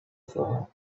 thought